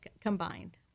combined